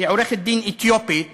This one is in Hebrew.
עורכת-דין אתיופית